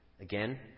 again